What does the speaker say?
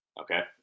Okay